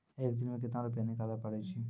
एक दिन मे केतना रुपैया निकाले पारै छी?